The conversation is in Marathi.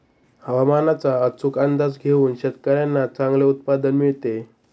हवामानाचा अचूक अंदाज घेऊन शेतकाऱ्यांना चांगले उत्पादन मिळते